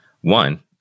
one